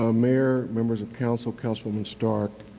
ah mayor, members of council, councilwoman stark,